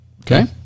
Okay